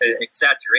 exaggeration